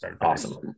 Awesome